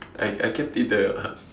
I I kept it there ah